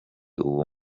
uwo